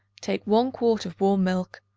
take one quart of warm milk,